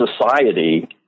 society